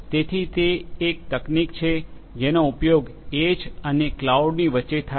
જેથી તે એક તકનીક છે જેનો ઉપયોગ એજ અને કલાઉડની વચ્ચે થાય છે